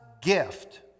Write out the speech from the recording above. gift